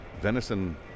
venison